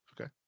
okay